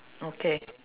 okay